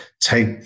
take